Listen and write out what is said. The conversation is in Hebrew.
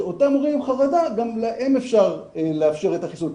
שגם להם אפשר לאפשר את החיסון.